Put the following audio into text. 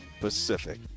Pacific